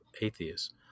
atheists